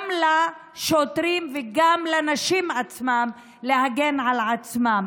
לשוטרים וגם לנשים עצמן להגן על עצמן.